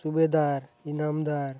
Subedar Inamdar